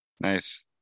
Nice